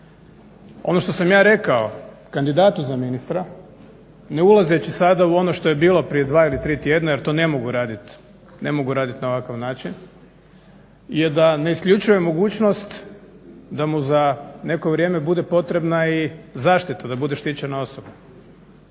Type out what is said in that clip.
Ono što sam ja rekao kandidatu za ministra, ne ulazeći sada u ono što je bilo prije dva ili tri tjedna jer to ne mogu radit, ne mogu radit na ovakav način, je da ne isključuje mogućnost da mu za neko vrijeme bude potrebna i zaštita, da bude štićena osoba.